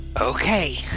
Okay